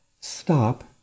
Stop